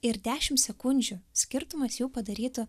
ir dešimt sekundžių skirtumas jau padarytų